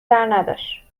برنداشت